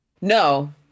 No